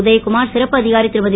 உதயகுமார் சிறப்பு அதிகாரி திருமதி